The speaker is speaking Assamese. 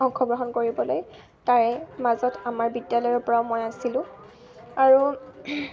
অংশগ্ৰহণ কৰিবলৈ তাৰে মাজত আমাৰ বিদ্যালয়ৰ পৰা মই আছিলোঁ আৰু